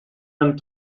and